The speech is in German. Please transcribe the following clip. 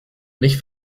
nicht